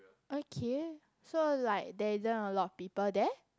okay so like that isn't a lot of people there